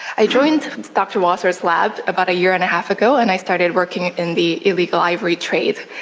i joined dr wasser's lab about a year and a half ago and i started working in the illegal ivory trade,